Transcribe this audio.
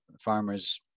farmers